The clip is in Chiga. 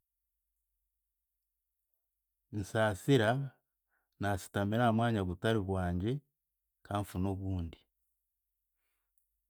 Nsasira, naasitamire aha mwanya gutari gwangye, kanfune ogundi.